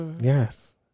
Yes